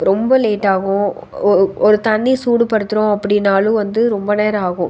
ரொம்ப லேட் ஆகும் ஒ ஒ ஒரு தண்ணி சூடுபடுத்துகிறோம் அப்படின்னாலும் வந்து ரொம்ப நேரம் ஆகும்